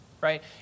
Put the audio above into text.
right